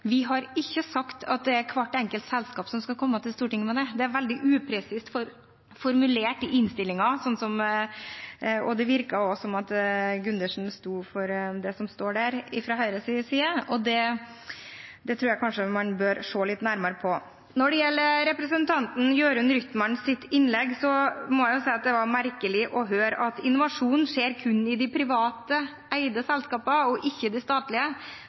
det. Det er veldig upresist formulert i innstillingen, og det virket også som at Gundersen sto for det som står der, fra Høyres side, og det tror jeg kanskje man bør se litt nærmere på. Når det gjelder representanten Jørund Rytmans innlegg, må jeg si at det var merkelig å høre at innovasjon skjer kun i de privateide selskapene, og ikke i de statlige.